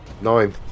Nine